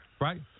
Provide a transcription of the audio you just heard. Right